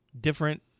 different